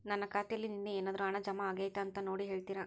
ನನ್ನ ಖಾತೆಯಲ್ಲಿ ನಿನ್ನೆ ಏನಾದರೂ ಹಣ ಜಮಾ ಆಗೈತಾ ಅಂತ ನೋಡಿ ಹೇಳ್ತೇರಾ?